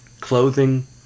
clothing